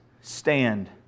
stand